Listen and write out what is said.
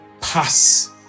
pass